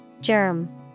Germ